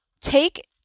take